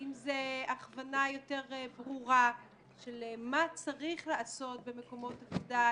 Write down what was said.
ואם זה הכוונה יותר ברורה של מה צריך לעשות במקומות עבודה,